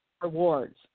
rewards